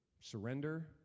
surrender